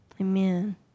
Amen